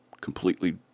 Completely